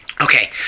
Okay